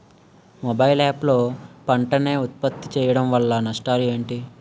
Mobile app లో పంట నే ఉప్పత్తి చేయడం వల్ల నష్టాలు ఏంటి?